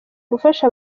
gufasha